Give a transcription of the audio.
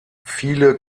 viele